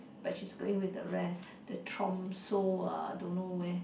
but she's going with the rest the Tromso uh don't know where